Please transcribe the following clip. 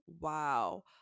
wow